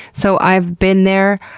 so i've been there.